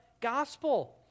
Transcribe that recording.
gospel